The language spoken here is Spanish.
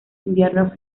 inviernos